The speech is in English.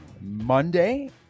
Monday